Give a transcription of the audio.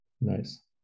Nice